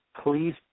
please